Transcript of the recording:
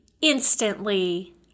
instantly